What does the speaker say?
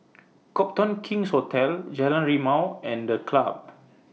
Copthorne King's Hotel Jalan Rimau and The Club